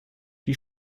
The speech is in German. wie